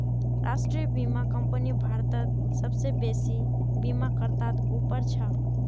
राष्ट्रीय बीमा कंपनी भारतत सबसे बेसि बीमाकर्तात उपर छ